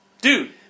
Dude